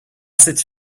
cette